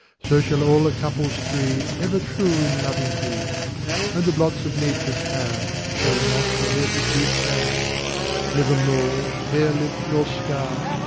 so shall all the couples three ever true in loving be and the blots of nature's hand shall not in their issue stand never mole, hare-lip, nor scar,